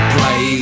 Play